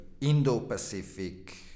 Indo-Pacific